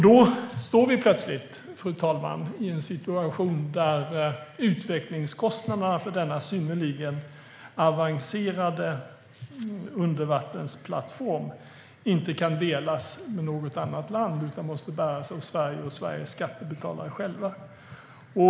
Då står vi plötsligt, fru talman, i en situation där utvecklingskostnaderna för denna synnerligen avancerade undervattensplattform inte kan delas med något annat land utan måste bäras av Sverige och dess skattebetalare själva.